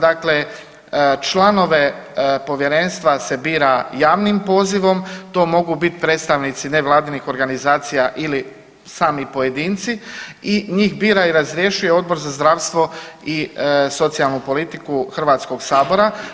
Dakle, članove povjerenstva se bira javnim pozivom to mogu biti predstavnici nevladinih organizacija ili sami pojedinci i njih bira i razrješuje Odbor za zdravstvo i socijalnu politiku Hrvatskog sabora.